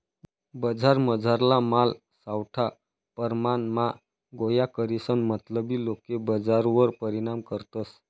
बजारमझारला माल सावठा परमाणमा गोया करीसन मतलबी लोके बजारवर परिणाम करतस